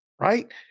right